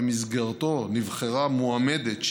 ובמסגרתו נבחרה מועמדת,